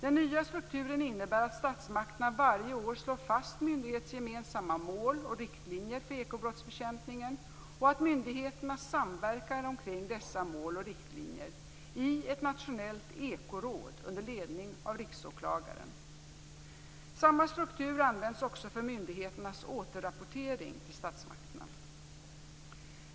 Den nya strukturen innebär att statsmakterna varje år slår fast myndighetsgemensamma mål och riktlinjer för ekobrottsbekämpningen och att myndigheterna samverkar omkring dessa mål och riktlinjer i ett nationellt ekoråd under ledning av Riksåklagaren. Samma struktur används också för myndigheternas återrapportering till statsmakterna.